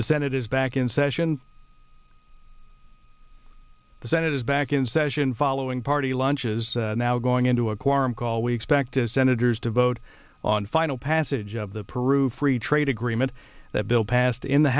the senate is back in session the senate is back in session following party lunches now going into a quorum call we expect as senators to vote on final passage of the peru free trade agreement that bill passed in the